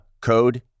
code